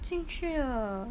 进去了